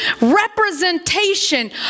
representation